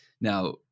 Now